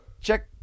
check